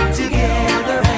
together